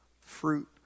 fruit